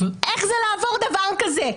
אתם יודעים איך זה לעבור דבר כזה?